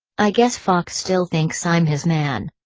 i guess fache still thinks i'm his man.